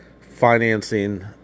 financing